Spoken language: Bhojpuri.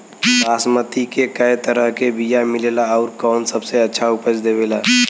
बासमती के कै तरह के बीया मिलेला आउर कौन सबसे अच्छा उपज देवेला?